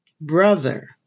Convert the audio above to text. brother